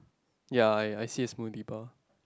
ya I I see a spoon deeper